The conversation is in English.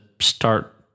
start